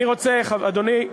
אני רוצה, אדוני היושב-ראש,